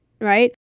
right